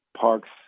parks